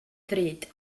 ddrud